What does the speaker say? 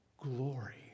glory